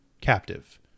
captive